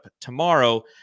tomorrow